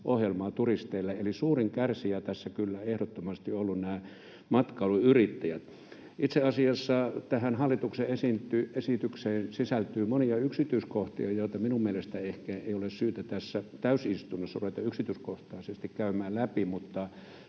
ohjelmaa turisteille, eli suurin kärsijä tässä kyllä ehdottomasti on ollut nämä matkailuyrittäjät. Itse asiassa tähän hallituksen esitykseen sisältyy monia yksityiskohtia, joita minun mielestäni ei ehkä ole syytä tässä täysistunnossa ruveta yksityiskohtaisesti käymään läpi,